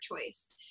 choice